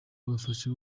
ibafasha